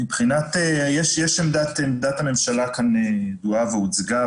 עמדת הממשלה כאן ידועה והוצגה,